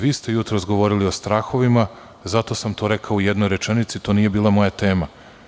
Vi ste jutros govorili o strahovima, zato sam to rekao u jednoj rečenici, to nije bila moja tema.